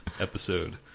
episode